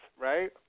right